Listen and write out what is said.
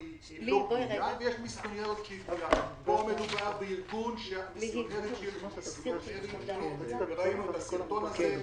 פה מדובר בארגון שהמסיונריות שלו גלויה לחלוטין.